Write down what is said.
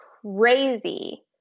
crazy